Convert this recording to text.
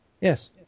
Yes